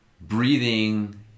breathing